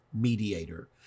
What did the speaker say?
mediator